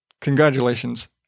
congratulations